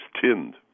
tinned